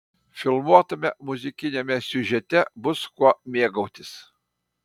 filmuotame muzikiniame siužete bus kuo mėgautis